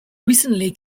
recently